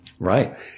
Right